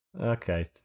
Okay